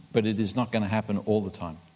but it is not going to happen all the time.